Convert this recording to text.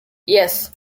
yes